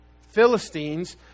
Philistines